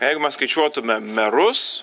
jeigu mes skaičiuotumėm merus